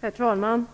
Herr talman!